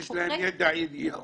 את אומרת שיש להם ידע ייחודי.